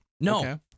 No